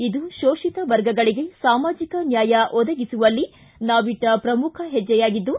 ಇದು ಶೋಷಿತ ವರ್ಗಗಳಿಗೆ ಸಾಮಾಜಿಕ ನ್ಯಾಯ ಒದಗಿಸುವಲ್ಲಿ ನಾವಿಟ್ಟ ಪ್ರಮುಖ ಹೆಚ್ಚೆಯಾಗಿದ್ದು